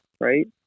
Right